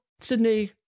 Sydney